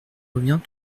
revient